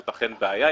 זאת אכן בעיה.